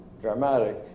dramatic